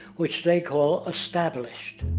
which they call established.